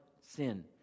sin